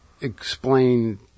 explain